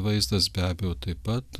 vaizdas be abejo taip pat